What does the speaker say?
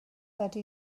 ydy